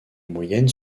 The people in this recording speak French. moyenne